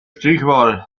stichwahl